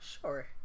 Sure